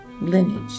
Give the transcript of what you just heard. lineage